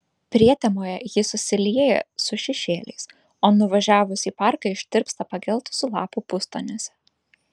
prietemoje ji susilieja su šešėliais o nuvažiavus į parką ištirpsta pageltusių lapų pustoniuose